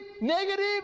negative